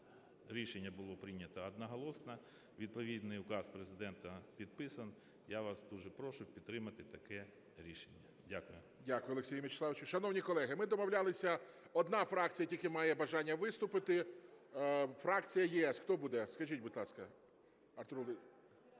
Рішення було прийнято одноголосно. Відповідний указ Президента підписаний. Я вас дуже прошу підтримати таке рішення. Дякую. ГОЛОВУЮЧИЙ. Дякую, Олексій Мячеславович. Шановні колеги, ми домовлялися, одна фракція тільки має бажання виступити. Фракція "ЄС", хто буде, скажіть, будь ласка?